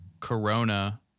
corona